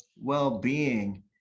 Well-being